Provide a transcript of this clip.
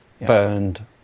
Burned